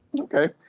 Okay